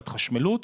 התחשמלות.